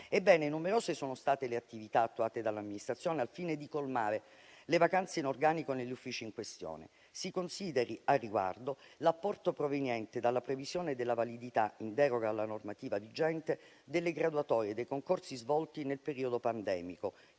Ebbene, numerose sono state le attività attuate dall'amministrazione al fine di colmare le vacanze in organico negli uffici in questione. Si consideri, al riguardo, l'apporto proveniente dalla previsione della validità, in deroga alla normativa vigente, delle graduatorie dei concorsi svolti nel periodo pandemico,